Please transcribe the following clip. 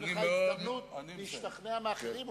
נותנים לך הזדמנות להשתכנע מאחרים,